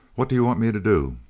what do you want me to do?